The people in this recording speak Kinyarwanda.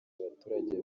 abaturage